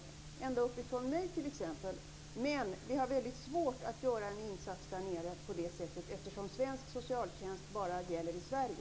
De kommer t.ex. ända uppifrån mina hemtrakter. Men vi har väldigt svårt att göra en insats i Köpenhamn på det sättet eftersom svensk socialtjänst bara gäller i Sverige.